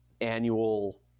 annual